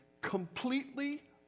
completely